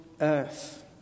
earth